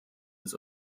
des